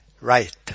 right